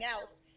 else